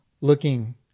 looking